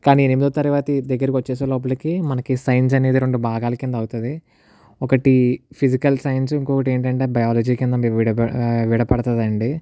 కానీ ఎనిమిదో తరగతి దగ్గరికి వచ్చేసే లోపలికి మనకు సైన్స్ అనేది రెండు భాగాలు కింద అవుతుంది ఒకటి ఫిజికల్ సైన్స్ ఇంకొకటి ఏంటంటే బయాలజీ కింద విడ విడబడతాదండి